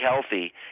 healthy